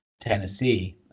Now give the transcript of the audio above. Tennessee